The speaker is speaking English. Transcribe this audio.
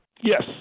Yes